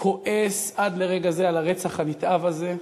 כועס עד לרגע זה על הרצח הנתעב הזה.